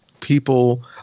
people